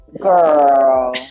Girl